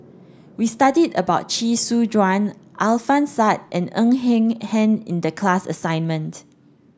we studied about Chee Soon Juan Alfian Sa'at and Ng Eng Hen in the class assignment